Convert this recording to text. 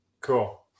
Cool